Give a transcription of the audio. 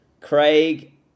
Craig